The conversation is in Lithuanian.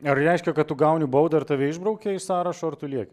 ar reiškia kad tu gauni baudą ir tave išbraukia iš sąrašo ar tu lieki